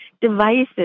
devices